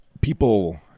people